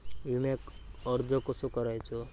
विम्याक अर्ज कसो करायचो?